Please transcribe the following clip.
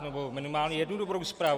Nebo minimálně jednu dobrou zprávu.